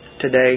today